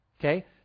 Okay